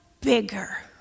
bigger